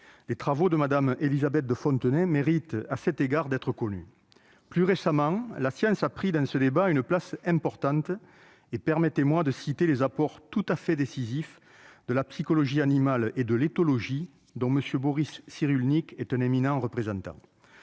Les travaux de Mme Élisabeth de Fontenay méritent à cet égard d'être connus. Plus récemment, la science a pris dans ce débat une place importante. Permettez-moi de citer les apports tout à fait décisifs de la psychologie animale et de l'éthologie, dont M. Boris Cyrulnik est un éminent représentant.